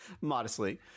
Modestly